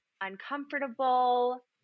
uncomfortable